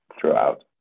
throughout